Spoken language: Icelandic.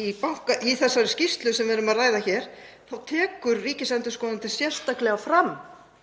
Í þessari skýrslu sem við erum að ræða hér tekur ríkisendurskoðandi sérstaklega fram